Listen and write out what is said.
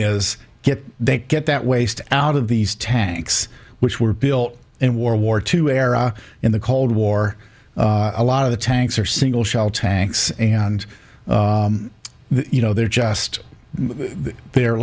is get they get that waste out of these tanks which were built in war war two era in the cold war a lot of the tanks are single shell tanks and you know they're just their